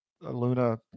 Luna